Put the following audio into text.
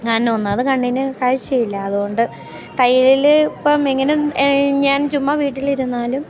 ഞാൻ ഒന്നാമത് കണ്ണിന് കാഴ്ച്ചയില്ല അതുകൊണ്ട് കയ്യിൽ ഇപ്പം ഇങ്ങനെ ഞാൻ ചുമ്മാതെ വീട്ടിൽ ഇരുന്നാലും